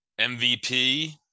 MVP